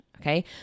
okay